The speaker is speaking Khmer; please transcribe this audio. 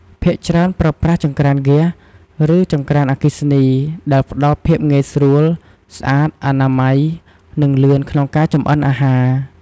ភាគច្រើនប្រើប្រាស់ចង្រ្តានហ្គាស ឬចង្រ្តានអគ្គិសនី ដែលផ្ដល់ភាពងាយស្រួល ស្អាត អនាម័យ និងលឿនក្នុងការចម្អិនអាហារ។